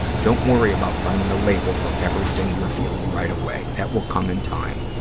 don't worry about finding a label for everything you're feeling right away. that will come in time.